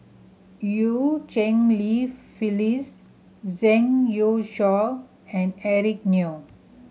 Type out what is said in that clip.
Eu Cheng Li Phyllis Zhang Youshuo and Eric Neo